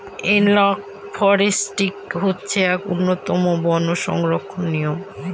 analogue forestry হচ্ছে এক উন্নতম বন সংরক্ষণের নিয়ম